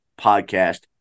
podcast